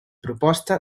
proposta